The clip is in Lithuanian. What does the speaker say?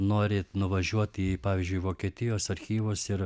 norit nuvažiuot į pavyzdžiui vokietijos archyvus ir